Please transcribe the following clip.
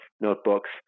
notebooks